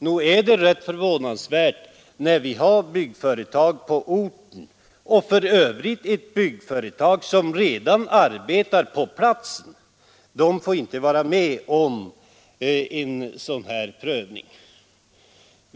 Nog är det rätt förvånande, när vi har byggföretag på orten och för övrigt ett byggföretag som redan arbetar på platsen, att de inte får vara med om en sådan här prövning.